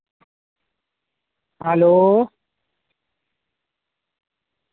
hello